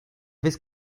vez